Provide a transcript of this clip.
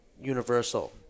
universal